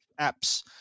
apps